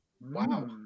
Wow